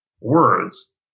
words